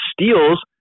steals